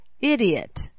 idiot